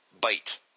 Bite